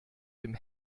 dem